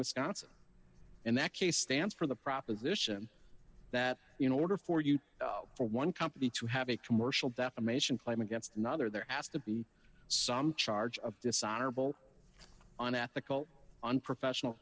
wisconsin and that case stands for the proposition that you know order for you for one company to have a commercial defamation claim against another they're asked to be some charge of dishonorable unethical unprofessional